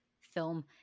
film